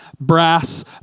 Brass